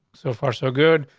so far, so good.